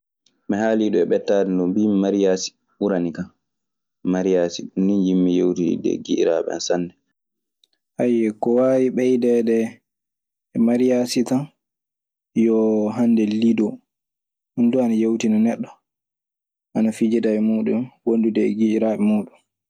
Mi haali ɗun e mɓettaade non, mbiimi mariyaasi ɓurani kan. Ko waawi ɓeydaade e mariyaasi. Yo hannde lido ɗum ana yewtina neɗɗo ana fijida- e giƴiraaɓe muuɗum.